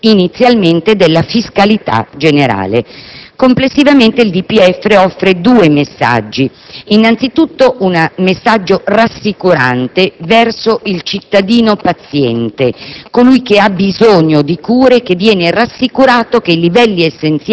la corresponsabilità regionale, avvalendosi inizialmente della fiscalità generale. Complessivamente il DPEF offre due messaggi. Innanzitutto un messaggio rassicurante verso il cittadino paziente,